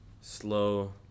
slow